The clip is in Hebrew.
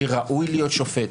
מי ראוי להיות שופט.